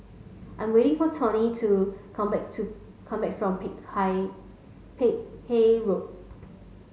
I'm waiting for Tomie to come back to come back from Peck Peck Hay Road